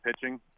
pitching